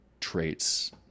traits